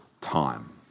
time